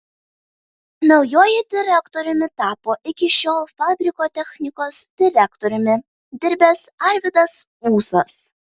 naujuoju direktoriumi tapo iki šiol fabriko technikos direktoriumi dirbęs arvydas ūsas